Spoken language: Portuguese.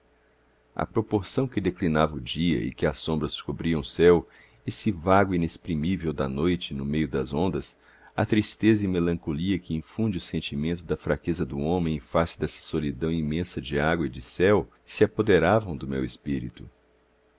à proporção que declinava o dia e que as sombras cobriam o céu esse vago inexprimível da noite no meio das ondas a tristeza e melancolia que infunde o sentimento da fraqueza do homem em face dessa solidão imensa de água e de céu se apoderavam do meu espírito